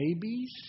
babies